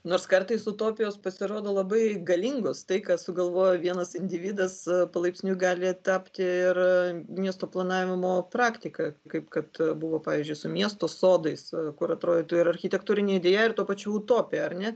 nors kartais utopijos pasirodo labai galingos tai ką sugalvojo vienas individas palaipsniui gali tapti ir miesto planavimo praktika kaip kad buvo pavyzdžiui su miesto sodais kur atrodytų ir architektūrinė idėja ir tuo pačiu utopija ar ne